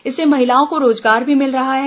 इससे महिलाओं को रोजगार भी मिल रहा है